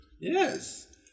Yes